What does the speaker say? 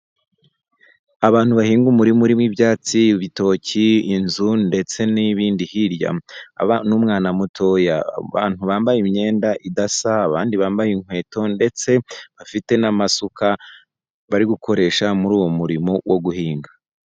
Abantu bahinga umurima w'ibyatsi, ibitoki inzu ndetse n'ibindi, hirya n'umwana muto abantu bambaye imyenda idasa abandi bambaye inkweto ndetse bafite n'amasuka bari gukoresha muri uwo murimo wo guhinga.